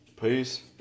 Peace